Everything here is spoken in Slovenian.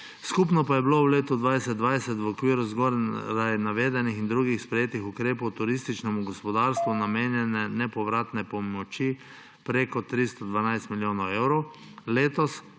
Skupno je bilo v letu 2020 v okviru zgoraj navedenih in drugih sprejetih ukrepov turističnemu gospodarstvu namenjene nepovratne pomoči preko 312 milijonov evrov, letos